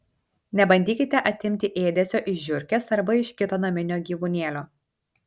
nebandykite atimti ėdesio iš žiurkės arba iš kito naminio gyvūnėlio